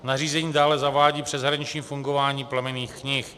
Nařízení dále zavádí přeshraniční fungování plemenných knih.